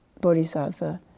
Bodhisattva